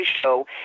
show